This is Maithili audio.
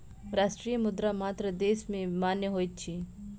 राष्ट्रीय मुद्रा मात्र देश में मान्य होइत अछि